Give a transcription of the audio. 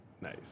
Nice